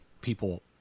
People